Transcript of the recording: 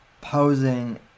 Posing